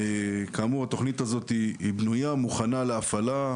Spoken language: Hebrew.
כאמור, התוכנית הזאת בנויה ומוכנה להפעלה,